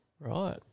Right